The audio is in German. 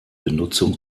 benutzung